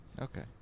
okay